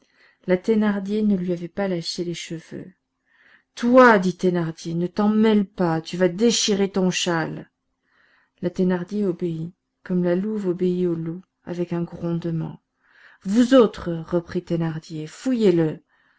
la thénardier ne lui avait pas lâché les cheveux toi dit thénardier ne t'en mêle pas tu vas déchirer ton châle la thénardier obéit comme la louve obéit au loup avec un grondement vous autres reprit thénardier fouillez le